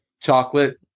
chocolate